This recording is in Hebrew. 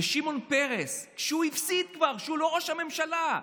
שמעון פרס, כשהוא הפסיד כבר, כשהוא לא ראש ממשלה,